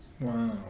Wow